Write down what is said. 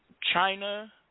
China